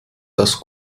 das